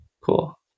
cool